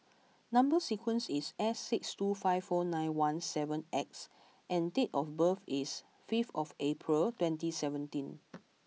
number sequence is S six two five four nine one seven X and date of birth is fifth of April twenty seventeen